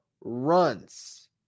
runs